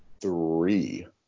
Three